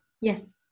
Yes